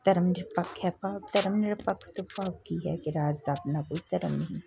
ਧਰਮ ਨਿਰਪੱਖ ਹੈ ਭਾਵ ਧਰਮ ਨਿਰਪੱਖ ਤੋਂ ਭਾਵ ਕੀ ਹੈ ਕਿ ਰਾਜ ਦਾ ਆਪਣਾ ਕੋਈ ਧਰਮ ਨਹੀਂ